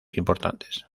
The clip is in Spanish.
importantes